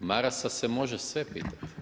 I Marasa.]] Marasa se može sve pitati.